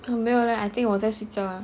hmm 没有 leh I think 我再睡觉